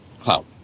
cloud